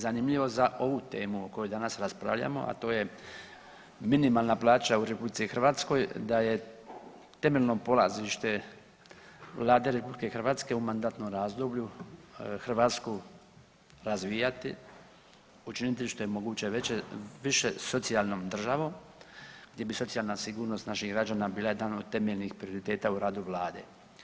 Zanimljivo za ovu temu o kojoj danas raspravljamo, a to je minimalna plaća u RH, da je temeljno polazište Vlade RH u mandatnom razdoblju Hrvatsku razvijati, učiniti što je moguće veće, više socijalnom državom, gdje bi socijalna sigurnost naših građana bila jedan od temeljnih prioriteta u radu Vlade.